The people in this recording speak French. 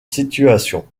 situation